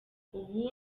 ubu